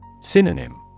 Synonym